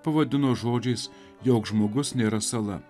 pavadino žodžiais jogs žmogus nėra sala